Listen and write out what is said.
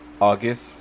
august